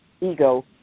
ego